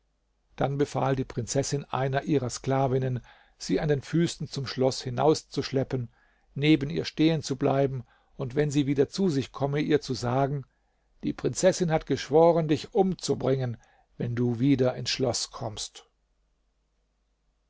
dann befahl die prinzessin einer ihrer sklavinnen sie an den füßen zum schloß hinauszuschleppen neben ihr stehen zu bleiben und wenn sie wieder zu sich komme ihr zu sagen die prinzessin hat geschworen dich umzubringen wenn du wieder ins schloß kommst